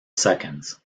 seconds